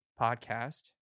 podcast